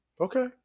Okay